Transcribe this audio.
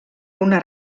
una